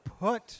Put